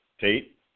Tate